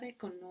con